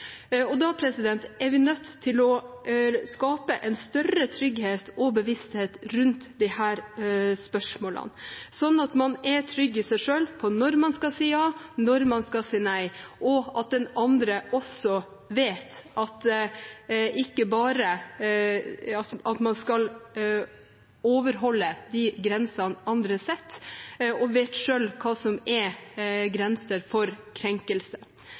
Da er vi nødt til å skape en større trygghet og bevissthet rundt disse spørsmålene, slik at man er trygg i seg selv på når man skal si ja, og når man skal si nei, og at den andre også vet at man skal overholde de grensene andre setter, og vet selv hva som er grenser for krenkelse.